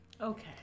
Okay